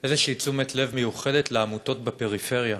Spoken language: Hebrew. איזושהי תשומת לב מיוחדת לעמותות בפריפריה.